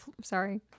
Sorry